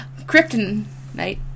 Kryptonite